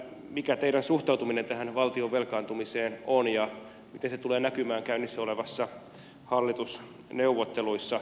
mikä teidän suhtautumisenne tähän valtion velkaantumiseen on ja miten se tulee näkymään käynnissä olevissa hallitusneuvotteluissa